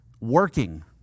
Working